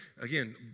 again